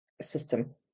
system